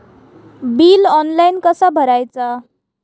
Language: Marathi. बिल ऑनलाइन कसा भरायचा?